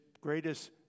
greatest